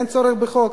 אין צורך בחוק,